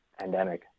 pandemic